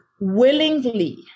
willingly